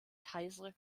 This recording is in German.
kaiser